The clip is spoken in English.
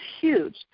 huge